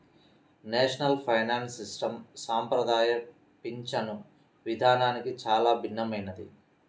national pension system సంప్రదాయ పింఛను విధానానికి చాలా భిన్నమైనది